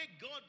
God